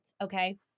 okay